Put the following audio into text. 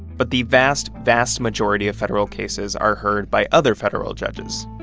but the vast, vast majority of federal cases are heard by other federal judges.